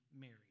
married